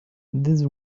this